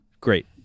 great